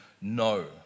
No